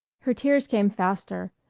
her tears came faster,